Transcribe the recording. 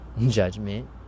judgment